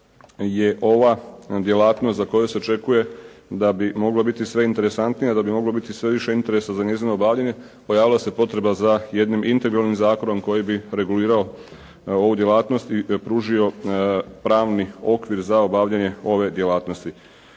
je ova djelatnost za koju se očekuje da bi mogla biti sve interesantnija, da bi moglo biti sve više interesa za njezino obavljanje pojavila se potreba za jednim integralnim zakonom koji bi regulirao ovu djelatnost i pružio pravni okvir za obavljanje ove djelatnosti.